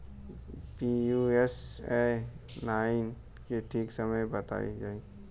Pusa nine के ठीक समय बताई जाई?